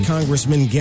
Congressman